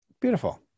Beautiful